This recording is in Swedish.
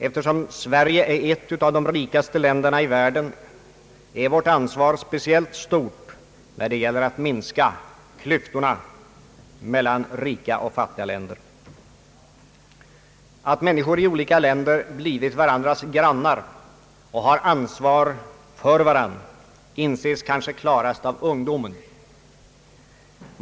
Eftersom Sverige är ett av de rikaste länderna är vårt ansvar speciellt stort, när det gäller att minska klyftan mellan rika och fattiga länder. Att människor i olika länder blivit varandras grannar och har ansvar för varandra inses kanske klarast av ungdomen.